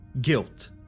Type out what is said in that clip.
guilt